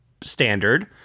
standard